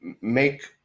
make